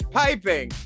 piping